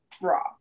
raw